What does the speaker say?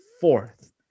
fourth